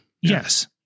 Yes